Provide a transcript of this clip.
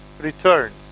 returns